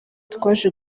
twaje